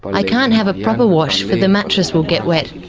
but i can't have a proper wash for the mattress will get wet,